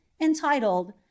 entitled